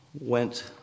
went